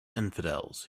infidels